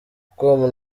com